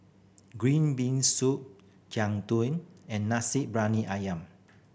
green bean soup Jian Dui and nasi ayam